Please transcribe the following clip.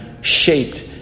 shaped